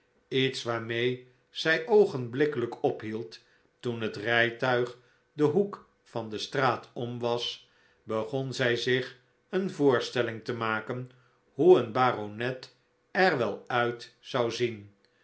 iets waarmee zij oogenblikkelijk ophield toen het rijtuig den hoek van de straat om was begon zij zich een voorstelling te maken hoe een baronet er wel uit zou zien